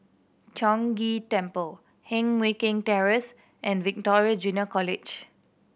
Chong Ghee Temple Heng Mui Keng Terrace and Victoria Junior College